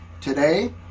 today